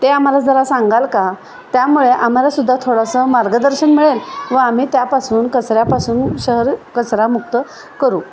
ते आम्हाला जरा सांगाल का त्यामुळे आम्हालासुद्धा थोडंसं मार्गदर्शन मिळेल व आम्ही त्यापासून कचऱ्यापासून शहर कचरामुक्त करू